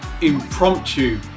impromptu